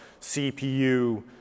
CPU